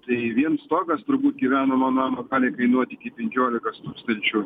tai vien stogas turbūt gyvenamo namo gali kainuoti iki penkiolikos tūkstančių